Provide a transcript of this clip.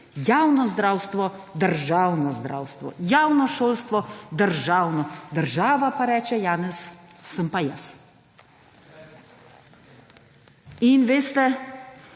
javno zdravstvo državno zdravstvo, javno šolstvo državno. Država pa reče Janez sem pa jaz. Veste,